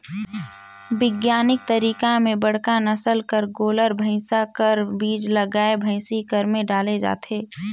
बिग्यानिक तरीका में बड़का नसल कर गोल्लर, भइसा कर बीज ल गाय, भइसी कर में डाले जाथे